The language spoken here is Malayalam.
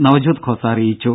നവ്ജ്യോത് ഖോസ അറിയിച്ചു